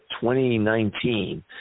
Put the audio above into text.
2019